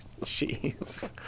Jeez